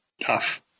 tough